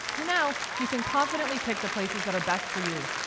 now, you can confidently pick the places that are best for you,